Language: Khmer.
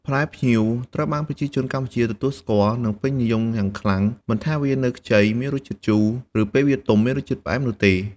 ផ្លែផ្ញៀវត្រូវបានប្រជាជនកម្ពុជាទទួលស្គាល់ និងពេញនិយមយ៉ាងខ្លាំង មិនថាវានៅខ្ចីមានរសជាតិជូរ ឬពេលវាទុំមានរសជាតិផ្អែមនោះទេ។